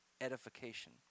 edification